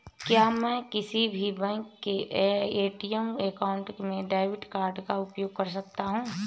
क्या मैं किसी भी बैंक के ए.टी.एम काउंटर में डेबिट कार्ड का उपयोग कर सकता हूं?